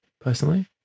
personally